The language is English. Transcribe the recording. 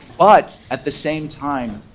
but at the same time,